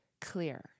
clear